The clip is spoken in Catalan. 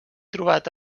trobat